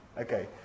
Okay